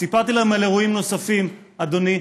סיפרתי להם על אירועים נוספים, אדוני.